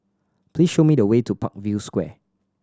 please show me the way to Parkview Square